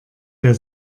der